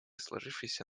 сложившейся